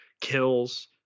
kills